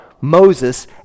Moses